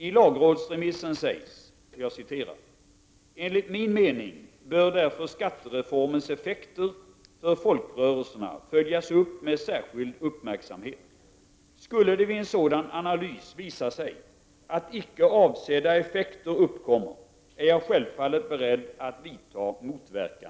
I lagrådsremissen sägs: ”Enligt min mening bör därför skattereformens effekter för folkrörelserna följas upp med särskild uppmärksamhet. Skulle det vid en sådan analys visa sig att icke avsedda effekter uppkommer är jag självfallet beredd att vidta motverkande åtgärder”.